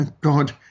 God